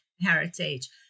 heritage